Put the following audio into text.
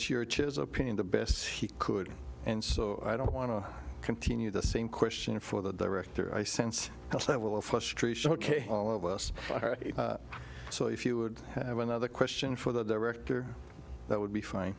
churches opinion the best he could and so i don't want to continue the same question for the director i sense that will of all of us so if you would have another question for the director that would be fine